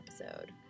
episode